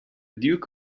duke